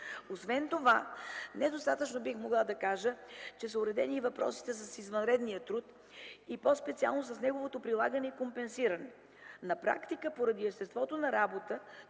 Освен това недостатъчно са уредени въпросите с извънредния труд, и по-специално с неговото прилагане и компенсиране. На практика поради естеството на работа